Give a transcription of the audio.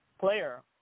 player